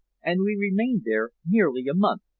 and we remained there nearly a month,